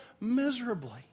miserably